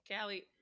Callie